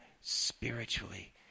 spiritually